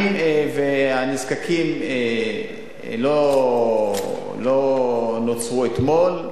הנזקקים לא נוצרו אתמול,